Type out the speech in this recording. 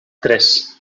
tres